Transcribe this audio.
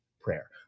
prayer